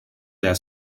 their